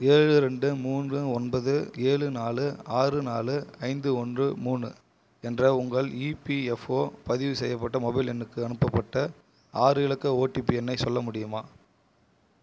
ஏழு ரெண்டு மூன்று ஒன்பது ஏழு நாலு ஆறு நாலு ஐந்து ஒன்று மூணு என்ற உங்கள் இபிஃஎப்ஒ பதிவு செய்யப்பட்ட மொபைல் எண்ணுக்கு அனுப்பப்பட்ட ஆறு இலக்க ஒடிபி எண்ணை சொல்ல முடியுமா